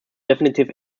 definitive